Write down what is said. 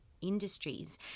industries